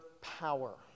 power